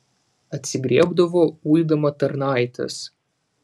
atsigriebdavo uidama tarnaites